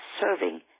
serving